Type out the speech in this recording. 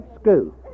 school